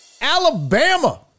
Alabama